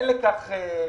אין לכך משמעות,